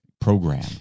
program